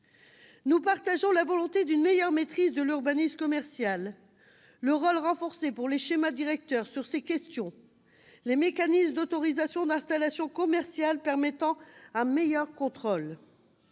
Nous partageons la volonté d'une meilleure maîtrise de l'urbanisme commercial et soutenons le renforcement du rôle des schémas directeurs sur ces questions, comme les mécanismes d'autorisation d'installation commerciale permettant un meilleur contrôle.